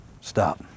Stop